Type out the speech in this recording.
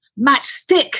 matchstick